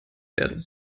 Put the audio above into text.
werden